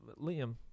Liam